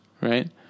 right